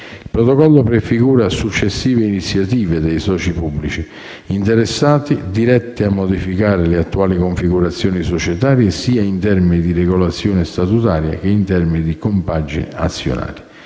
Il protocollo prefigura successive iniziative dei soci pubblici interessati dirette a modificare le attuali configurazioni societarie sia in termini di regolazione statutaria, che in termini di compagine azionaria.